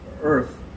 earth